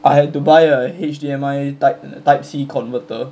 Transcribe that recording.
I had to buy a H_D_M_I type type C converter